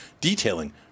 detailing